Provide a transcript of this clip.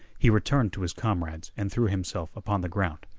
he returned to his comrades and threw himself upon the ground.